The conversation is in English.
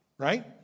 right